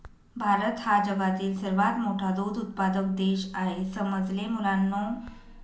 भारत हा जगातील सर्वात मोठा दूध उत्पादक देश आहे समजले मुलांनो